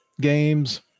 games